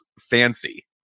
fancy